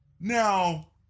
Now